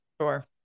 Sure